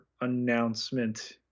announcement